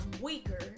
weaker